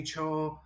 HR